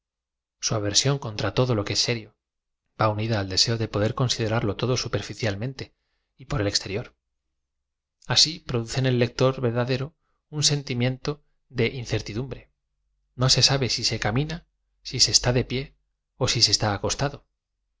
su aversión contra todo lo que ea serio v a unida al deseo de poder con siderarlo todo superficialmente y por el exterior a sí produce en el lector verdadero un sentimiento de incertidumbre co se sabe si se camina ai se está de pie ó si se está acostado